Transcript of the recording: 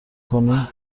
کنی